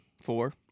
Four